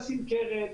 להקים קרן.